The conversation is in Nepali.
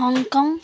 हङकङ